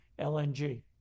LNG